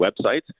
websites